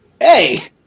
hey